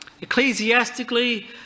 Ecclesiastically